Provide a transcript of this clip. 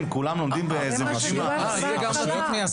כולם לומדים ב --- זה מה שדיברתי עליו בהתחלה.